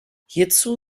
hierzu